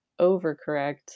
overcorrect